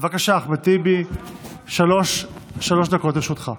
בבקשה, אחמד טיבי, שלוש דקות לרשותך.